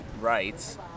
rights